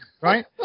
right